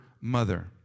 mother